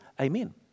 Amen